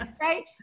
right